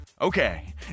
Okay